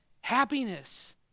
happiness